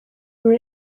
were